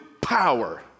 power